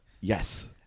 Yes